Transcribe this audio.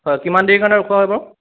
হয় কিমান দেৰিৰ কাৰণে ৰখোৱা হয় বাৰু